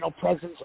presence